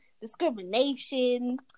discrimination